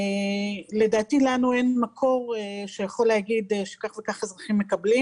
לדעתי אין לנו מקור שיכול להגיד כמה אזרחים מקבלים